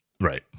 Right